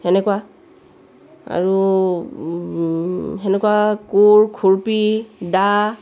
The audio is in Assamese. তেনেকুৱা আৰু তেনেকুৱা কোৰ খুৰ্পী দা